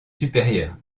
supérieurs